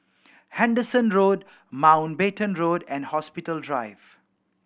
Henderson Road Mountbatten Road and Hospital Drive